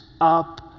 up